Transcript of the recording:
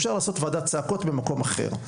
אפשר לעשות ועדת צעקות במקום אחר,